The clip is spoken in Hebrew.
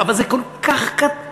אבל זה כל כך קטן,